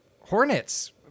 hornets